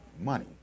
money